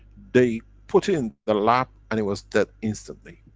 they put in the lab, and it was dead instantly.